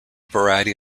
variety